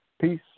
Peace